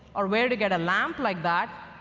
or where to get a lamp like that,